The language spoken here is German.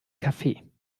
kaffee